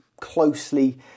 closely